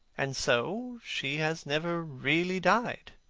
and so she has never really died.